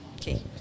okay